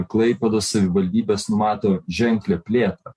klaipėdos savivaldybės numato ženklią plėtrą